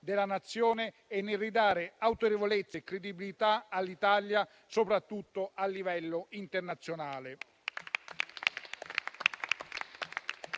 della Nazione e nel ridare autorevolezza e credibilità all'Italia, soprattutto a livello internazionale.